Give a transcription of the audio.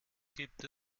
gibt